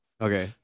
okay